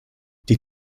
die